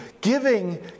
giving